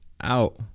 out